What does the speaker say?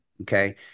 okay